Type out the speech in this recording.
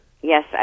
Yes